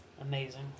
amazing